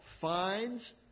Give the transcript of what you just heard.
finds